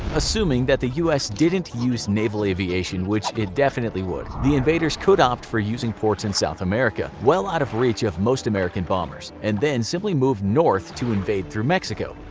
assuming that the us didn't use naval aviation, which it definitely would, the invaders could opt for using ports in south america well out of the reach of most american bombers and then simply move north to invade through mexico.